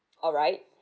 alright